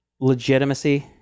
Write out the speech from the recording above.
legitimacy